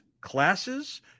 classes